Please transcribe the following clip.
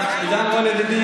ממשלת אחדות,